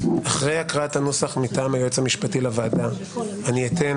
אחרי הקראת הנוסח מטעם הייעוץ המשפטי לוועדה אני אתן